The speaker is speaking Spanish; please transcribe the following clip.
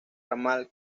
ramal